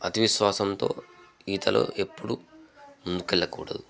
అతి విశ్వాసంతో ఈతలో ఎప్పుడు ముందుకు వెళ్ళకూడదు